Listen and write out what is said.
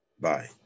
Bye